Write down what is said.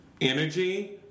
energy